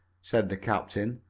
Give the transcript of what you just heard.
said the captain,